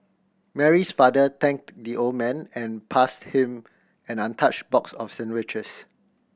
Mary's father thanked the old man and passed him an untouched box of sandwiches